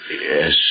Yes